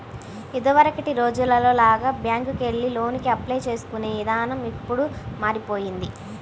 ఇదివరకటి రోజుల్లో లాగా బ్యేంకుకెళ్లి లోనుకి అప్లై చేసుకునే ఇదానం ఇప్పుడు మారిపొయ్యింది